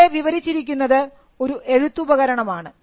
ഇവിടെ വിവരിച്ചിരിക്കുന്നത് ഒരു എഴുത്തുപകരണം ആണ്